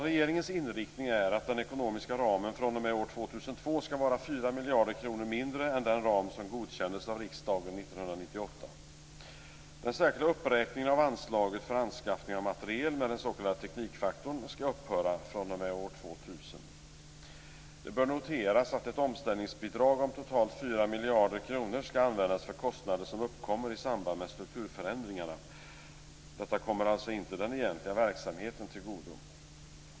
Regeringens inriktning är att den ekonomiska ramen fr.o.m. år 2002 skall vara 4 miljarder kronor mindre än den ram som godkändes av riksdagen 1998. Den särskilda uppräkningen av anslaget för anskaffning av materiel med den s.k. teknikfaktorn skall upphöra fr.o.m. år 2000. Det bör noteras att ett omställningsbidrag om totalt 4 miljarder kronor skall användas för kostnader som uppkommer i samband med strukturförändringarna. Det kommer alltså inte den egentliga verksamheten till godo.